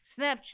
Snapchat